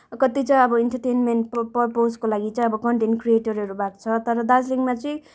कति चाहिँ अब इन्टर्टेनमेन्ट परपोजको लागि चाहिँ अब कन्टेन्ट क्रिएटर भएको छ तर दार्जिलिङमा चाहिँ